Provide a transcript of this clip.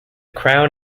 crown